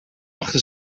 achter